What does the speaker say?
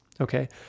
Okay